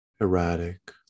erratic